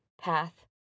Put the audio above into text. path